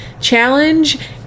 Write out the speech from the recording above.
challenge